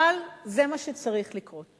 אבל זה מה שצריך לקרות.